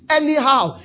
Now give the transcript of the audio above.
anyhow